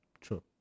True